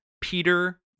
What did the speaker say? Peter